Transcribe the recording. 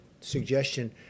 suggestion